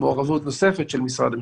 מעורבות נוספת של משרד המשפטים.